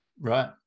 Right